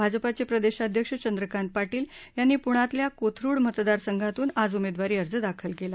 भाजपाचे प्रदेशाध्यक्ष चंद्रकांत पाटील यांनी पुण्यातल्या कोथरूड मतदार संघातून आज उमेदवारी अर्ज दाखल केला